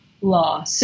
law